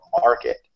market